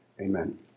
Amen